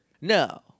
No